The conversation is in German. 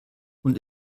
und